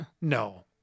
No